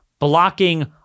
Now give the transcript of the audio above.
blocking